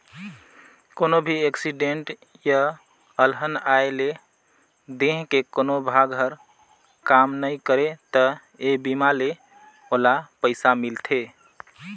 कोनो भी एक्सीडेंट य अलहन आये ले देंह के कोनो भाग हर काम नइ करे त ए बीमा ले ओला पइसा मिलथे